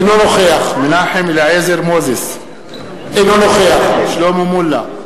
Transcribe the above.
אינו נוכח מנחם אליעזר מוזס, אינו נוכח שלמה מולה,